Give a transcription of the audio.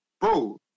Bro